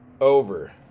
over